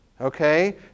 okay